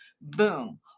boom